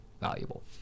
valuable